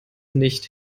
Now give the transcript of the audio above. nicht